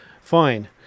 Fine